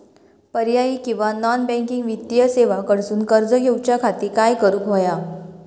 पर्यायी किंवा non banking वित्तीय सेवा कडसून कर्ज घेऊच्या खाती काय करुक होया?